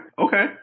okay